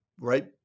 right